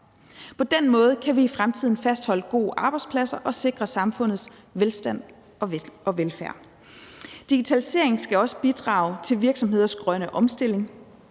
På den måde kan vi i fremtiden fastholde gode arbejdspladser og sikre samfundets velstand og velfærd. Digitalisering skal også bidrage til virksomheders grønne omstilling.